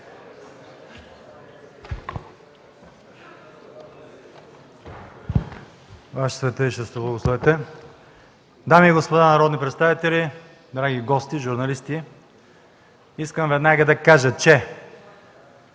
Ваше Светейшество, благословете! Дами и господа народни представители, драги гости, журналисти! Искам веднага да кажа, че